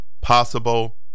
possible